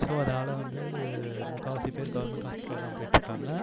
so அதனால் வந்து முக்காவாசி பேர் கவர்மெண்ட் ஹாஸ்ப்பிட்டல் தான் போய்ட்டுருக்காங்க